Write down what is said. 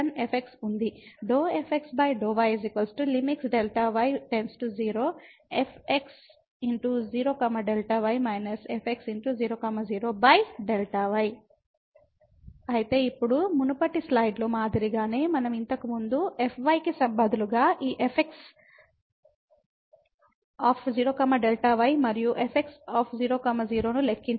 ∂ fx∂ y Δy0fx 0 Δy fx 0 0Δy కాబట్టి ఇప్పుడు మునుపటి స్లైడ్లో మాదిరిగానే మనం ఇంతకుముందు fy కి బదులుగా ఈ fx0 Δy మరియు fx0 0 ను లెక్కించాలి